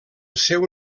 seu